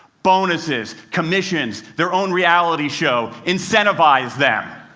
bonuses, commissions, their own reality show. incentivize them.